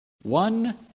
one